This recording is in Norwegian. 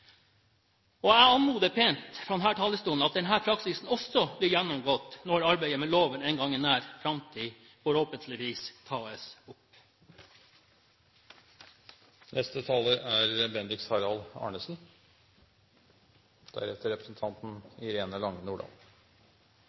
det. Jeg anmoder pent fra denne talerstolen om at denne praksisen også blir gjennomgått når arbeidet med loven en gang i nær framtid forhåpentligvis